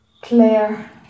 Claire